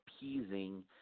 appeasing